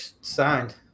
signed